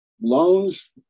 Loans